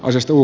naisistuu